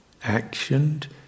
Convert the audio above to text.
actioned